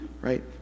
Right